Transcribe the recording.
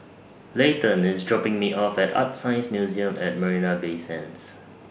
Leighton IS dropping Me off At ArtScience Museum At Marina Bay Sands